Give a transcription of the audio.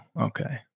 okay